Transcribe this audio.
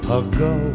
ago